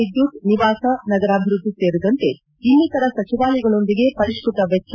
ವಿದ್ಯುತ್ ನಿವಾಸ ನಗರಾಭಿವೃದ್ಧಿ ಸೇರಿದಂತೆ ಇನ್ನಿತರ ಸಚಿವಾಲಯಗಳೊಂದಿಗೆ ಪರಿಷ್ಟತ ವೆಚ್ಚ